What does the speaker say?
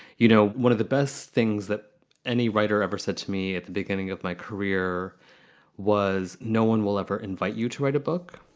you know, one of the best things that any writer ever said to me at the beginning of my career was no one will ever invite you to write a book.